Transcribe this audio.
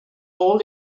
all